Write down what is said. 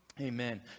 Amen